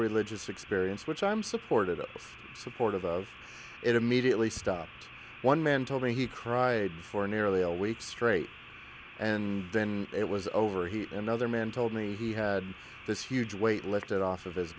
religious experience which i'm supportive of support of it immediately stopped one man told me he cried for nearly a week straight and then it was over he another man told me he had this huge weight lifted off of his